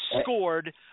scored